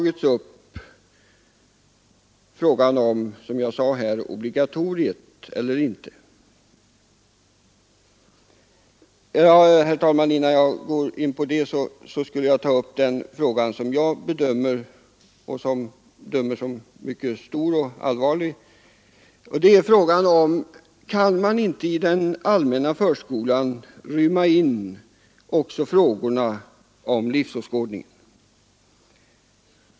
Jag skulle så, herr talman, vilja ta upp en fråga som jag bedömer som mycket stor och allvarlig, nämligen om man inte i den allmänna förskolan kan rymma in också frågor om livsåskådning.